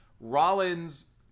Rollins